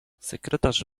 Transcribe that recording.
sekretarz